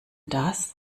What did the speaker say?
das